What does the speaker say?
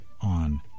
on